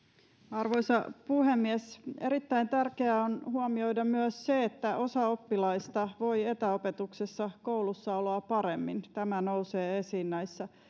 arvoisa puhemies erittäin tärkeää on huomioida myös se että osa oppilaista voi etäopetuksessa koulussaoloa paremmin tämä nousee esiin näissä